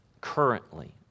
Currently